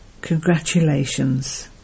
Congratulations